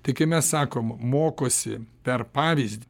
tai kai mes sakom mokosi per pavyzdį